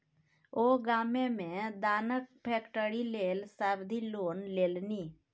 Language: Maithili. ओ गाममे मे दानाक फैक्ट्री लेल सावधि लोन लेलनि